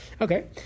Okay